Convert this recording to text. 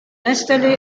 installé